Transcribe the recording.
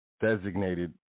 designated